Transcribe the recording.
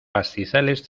pastizales